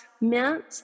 meant